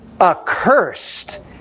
accursed